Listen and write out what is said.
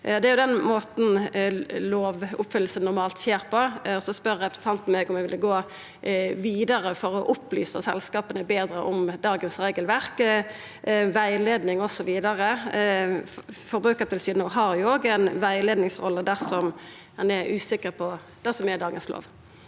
Det er den måten lovoppfølging normalt skjer på. Så spør representanten meg om eg vil gå vidare for å opplysa selskapa betre om dagens regelverk, med rettleiing osv. Forbrukartilsynet har jo òg ei rettleiingsrolle dersom ein er usikker på kva som er dagens lov.